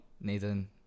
Nathan